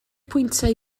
pwyntiau